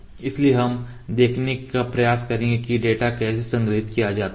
इसलिए हम यह देखने का प्रयास करेंगे कि डेटा कैसे संग्रहीत किया जाता है